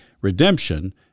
redemption